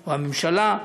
או הממשלה,